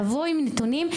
תבואו עם נתונים.